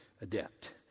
adept